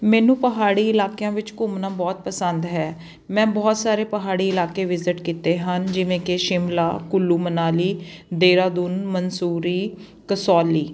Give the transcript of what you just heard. ਮੈਨੂੰ ਪਹਾੜੀ ਇਲਾਕਿਆਂ ਵਿੱਚ ਘੁੰਮਣਾ ਬਹੁਤ ਪਸੰਦ ਹੈ ਮੈਂ ਬਹੁਤ ਸਾਰੇ ਪਹਾੜੀ ਇਲਾਕੇ ਵਿਜ਼ਿਟ ਕੀਤੇ ਹਨ ਜਿਵੇਂ ਕਿ ਸ਼ਿਮਲਾ ਕੁੱਲੂ ਮਨਾਲੀ ਦੇਹਰਾਦੂਨ ਮਸੂਰੀ ਕਸੌਲੀ